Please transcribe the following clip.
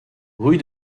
rue